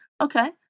okay